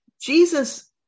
Jesus